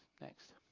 Next